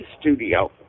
studio